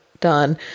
done